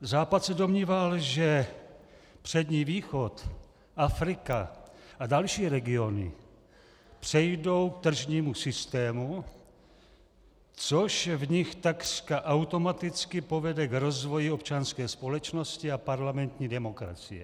Západ se domníval, že Přední východ, Afrika a další regiony přejdou k tržnímu systému, což v nich takřka automaticky povede k rozvoji občanské společnosti a parlamentní demokracie.